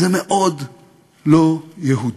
זה מאוד לא יהודי.